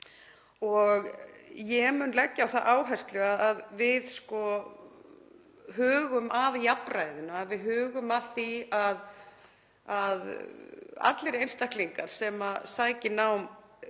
og ég mun leggja á það áherslu að við hugum að jafnræði, við hugum að því að allir einstaklingar sem sækja nám hafi